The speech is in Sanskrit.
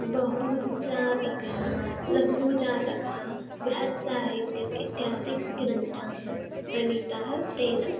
बृहज्जातकः लघुजातकः बृहत् इत्यपि इत्यादिग्रन्थाः प्रणीताः तेन